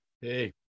Hey